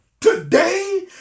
today